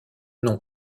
nom